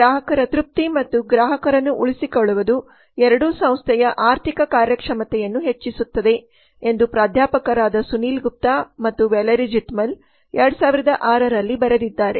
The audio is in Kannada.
ಗ್ರಾಹಕರ ತೃಪ್ತಿ ಮತ್ತು ಗ್ರಾಹಕರನ್ನು ಉಳಿಸಿಕೊಳ್ಳುವುದು ಎರಡೂ ಸಂಸ್ಥೆಯ ಆರ್ಥಿಕ ಕಾರ್ಯಕ್ಷಮತೆಯನ್ನು ಹೆಚ್ಚಿಸುತ್ತದೆ ಎಂದು ಪ್ರಾಧ್ಯಾಪಕರಾದ ಸುನಿಲ್ ಗುಪ್ತಾ ಮತ್ತು ವ್ಯಾಲೆರಿ ಝೆಥಾಮ್ಲ್ 2006 ರಲ್ಲಿ ಬರೆದಿದ್ದಾರೆ